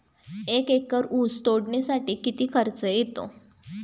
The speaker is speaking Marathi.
एक एकर ऊस तोडणीसाठी किती खर्च येतो?